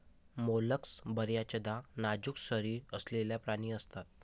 mollusc बर्याचदा नाजूक शरीर असलेले प्राणी असतात